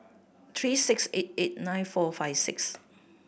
three six eight eight nine four five six